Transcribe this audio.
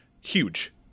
huge